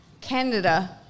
Canada